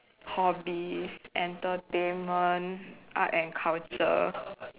hobbies entertainment art and culture